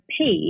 paid